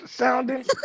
sounding